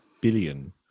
billion